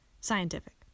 Scientific